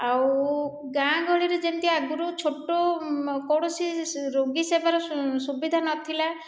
ଆଉ ଗାଁ ଗହଳିରେ ଯେମିତି ଆଗରୁ ଛୋଟ କୌଣସି ରୋଗୀ ସେବାର ସୁବିଧା ନଥିଲା